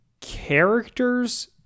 characters